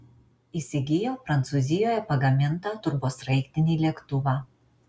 įsigijo prancūzijoje pagamintą turbosraigtinį lėktuvą